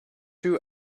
two